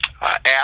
app